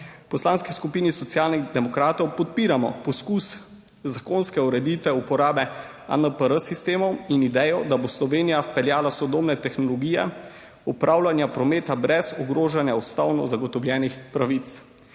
Poslanski skupini Socialnih demokratov podpiramo poskus zakonske ureditve uporabe ANPR sistemov in idejo, da bo Slovenija vpeljala sodobne tehnologije upravljanja prometa brez ogrožanja ustavno zagotovljenih pravic.